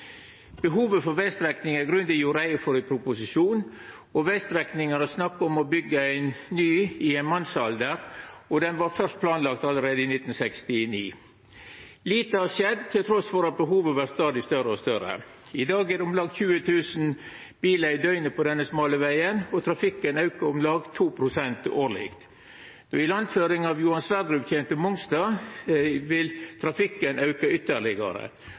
Behovet for vegstrekninga er grundig gjort greie for i proposisjonen, vegstrekninga har det vore snakk om å byggje ny i ein mannsalder og var første gong planlagd allereie i 1969. Lite har skjedd trass i at behovet stadig blir større og større. I dag er det om lag 20 000 bilar i døgnet på denne smale vegen, og trafikken aukar om lag 2 pst. årleg. Når ilandføringa frå Johan Sverdrup kjem til Mongstad, vil trafikken auke ytterlegare.